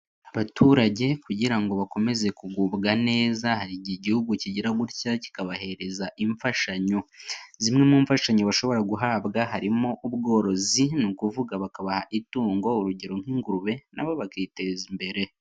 Abaturage kugira ngo bakomeze kugubwa neza, hari igihugu kigira gutya kikabahereza imfashanyo zimwe mu mfashanyo bashobora guhabwa harimo ubworozi ni ukuvuga bakabaha itungo urugero nk'ingurube nabo bakiteza imbere.